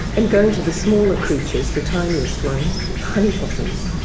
and going to the smaller creatures, the tiniest ones, honey possums.